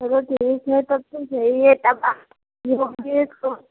चलो ठीक है तब तो सही है तब